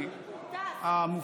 הרי אתה לא השר הממונה.